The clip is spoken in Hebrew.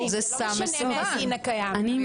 לא משנה מה הדין הקיים.